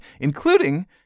including